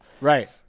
Right